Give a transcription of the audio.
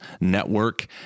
network